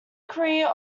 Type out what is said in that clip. career